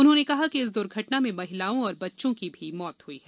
उन्होंने कहा कि इस दुर्घटना में महिलाओं और बच्चों की भी मौत हुई है